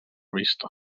vista